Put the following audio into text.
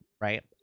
right